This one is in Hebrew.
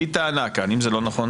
והיא טענה כאן אם זה לא נכון,